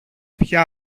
πια